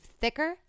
thicker